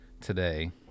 today